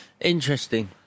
Interesting